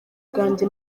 bwange